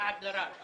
לעג לרש.